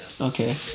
Okay